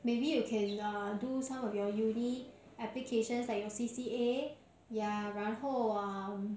maybe you can uh do some of your uni~ applications like your C_C_A ya 然后 uh